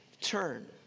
turn